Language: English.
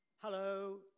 Hello